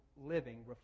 living